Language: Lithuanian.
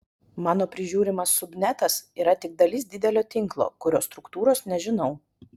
mano prižiūrimas subnetas yra tik dalis didelio tinklo kurio struktūros nežinau